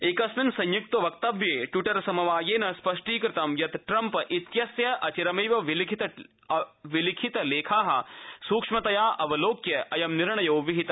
एकस्मिन संयुक्त वक्तव्य ट्विविटर समवाया स्पष्टीकृतं यत ट्रम्प इत्यस्य अचिरम विलिखित लखि सूक्ष्मतया अवलोक्य अयं निर्णयो विहित